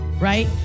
right